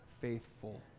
faithful